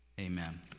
Amen